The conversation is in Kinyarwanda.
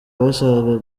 bashakaga